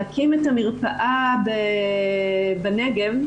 להקים את המרפאה בנגב,